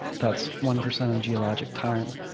that's one percent of geologic time.